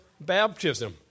baptism